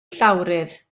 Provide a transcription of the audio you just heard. llawrydd